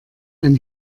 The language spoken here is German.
ein